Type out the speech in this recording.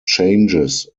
changes